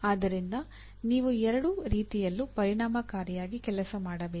ಆದ್ದರಿಂದ ನೀವು ಎರಡೂ ರೀತಿಯಲ್ಲೂ ಪರಿಣಾಮಕಾರಿಯಾಗಿ ಕೆಲಸ ಮಾಡಬೇಕು